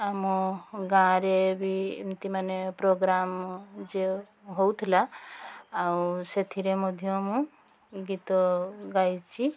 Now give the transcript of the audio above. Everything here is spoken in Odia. ଆଉ ମୋ ଗାଆଁରେ ବି ଏମତି ମାନେ ପ୍ରୋଗ୍ରାମ୍ ଯେ ହେଉଥିଲା ଆଉ ସେଥିରେ ମଧ୍ୟ ମୁଁ ଗୀତ ଗାଇଛି